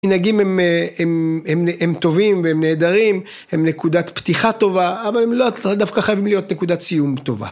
מנהגים הם טובים והם נהדרים, הם נקודת פתיחה טובה, אבל הם לאו דווקא חייבים להיות נקודת סיום טובה.